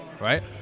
right